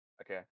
Okay